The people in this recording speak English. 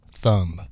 thumb